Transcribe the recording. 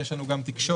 יש לנו גם תקשורת.